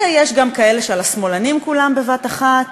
יש גם כאלה, שעל השמאלנים כולם בבת-אחת,